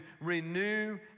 renew